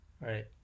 right